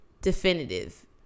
definitive